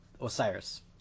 Osiris